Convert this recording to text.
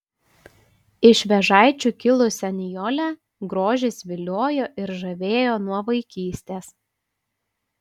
iš vėžaičių kilusią nijolę grožis viliojo ir žavėjo nuo vaikystės